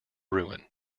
ruin